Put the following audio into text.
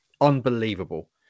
Unbelievable